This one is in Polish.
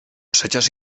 przecież